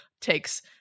takes